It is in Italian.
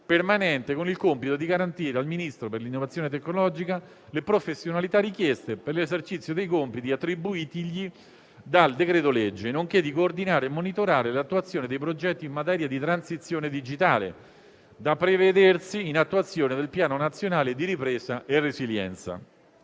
permanente con il compito di garantire al Ministro per l'innovazione tecnologica le professionalità richieste per l'esercizio dei compiti attribuitigli dal decreto-legge, nonché di coordinare e monitorare l'attuazione dei progetti in materia di transizione digitale, da prevedersi in attuazione del Piano nazionale di ripresa e resilienza.